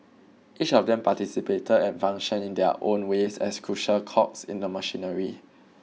each of them participated and functioned in their own ways as crucial cogs in the machinery